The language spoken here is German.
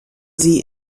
sie